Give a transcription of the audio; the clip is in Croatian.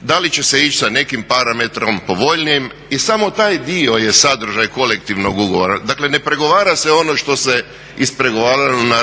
da li će se ići sa nekim parametrom povoljnijim. I samo taj dio je sadržaj kolektivnog ugovora. Dakle ne pregovara se ono što se ispregovaralo na